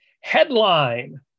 Headline